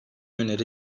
öneri